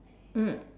mm